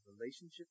relationship